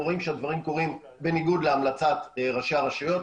רואים שהדברים קורים בניגוד להמלצת ראשי הרשויות.